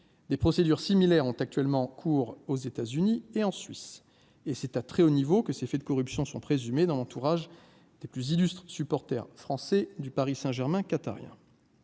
des procédures similaires ont actuellement cours aux États-Unis et en Suisse, et c'est à très haut niveau, que ces faits de corruption sont présumés dans l'entourage des plus illustres supporters français du Paris Saint-Germain qatarien